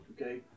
okay